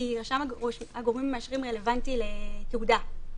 כי רשם הגורמים המאשרים רלוונטי לתעודה,